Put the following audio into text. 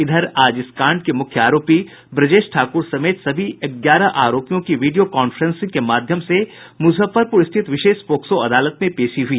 इधर आज इस कांड के मुख्य आरोपी ब्रजेश ठाक्र समेत सभी ग्यारह आरोपियों की वीडियो कांफ्रेसिंग के माध्यम से मुजफ्फरपुर स्थित विशेष पोक्सो अदालत में पेशी हुई